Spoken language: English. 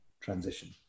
transition